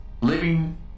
Living